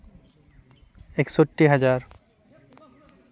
ᱮᱠᱥᱳᱴᱴᱤ ᱦᱟᱡᱟᱨ